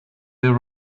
there